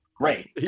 great